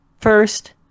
First